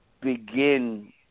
begin